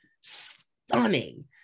stunning